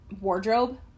wardrobe